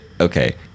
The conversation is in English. Okay